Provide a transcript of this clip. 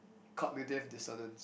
cognitive dissonance